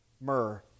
myrrh